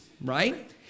right